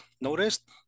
noticed